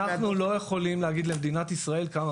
אנחנו לא יכולים להגיד למדינת ישראל כמה